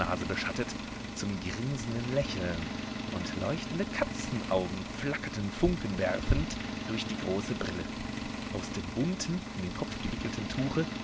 beschattet zum grinsenden lächeln und leuchtende katzenaugen flackerten funken werfend durch die große brille aus dem bunten um den kopf gewickelten tuche